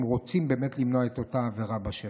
אם רוצים באמת למנוע את אותה עבירה בשטח.